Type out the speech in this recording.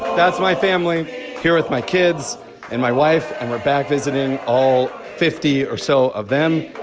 that's my family here with my kids and my wife. and we're back visiting all fifty or so of them.